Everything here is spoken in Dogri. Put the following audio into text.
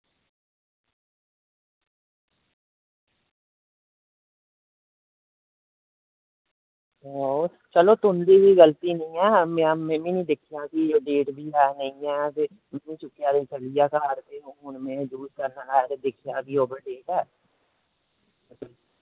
चलो तुं'दी बी गलती निं ऐ में मीं निं दिक्खेआ कि ओह् डेट बी ऐ नेईं ऐ ते में चुक्केआ ते चली गेआ घर ते ओह् हून में यूज करन लग्गा ते दिक्खेआ ओवर डेट ऐ